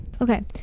Okay